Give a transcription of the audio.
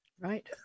Right